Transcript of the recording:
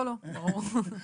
ברור.